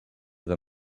than